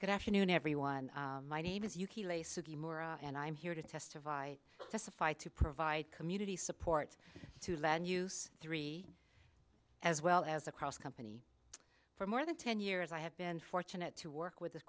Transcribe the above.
good afternoon everyone my name is yuki and i'm here to testify testify to provide community support to land use three as well as across company for more than ten years i have been fortunate to work with